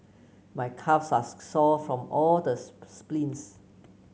my calves are sore from all the sprints